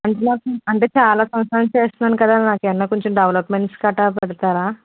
అంటే నాకు అంటే చాలా సంవత్సరాలనుండి చేస్తున్నాను కదా నాకు ఏమైనా కొంచెం డెవలప్మెంట్స్ అట్లా పెడతారా